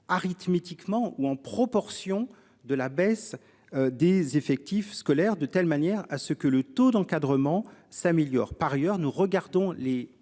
arithmétiquement ou en proportion de la baisse des effectifs scolaires de telle manière à ce que le taux d'encadrement s'améliore. Par ailleurs, nous regardons les